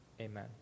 Amen